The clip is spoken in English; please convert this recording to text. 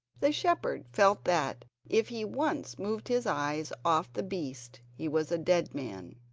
the shepherd felt that if he once removed his eyes off the beast he was a dead man,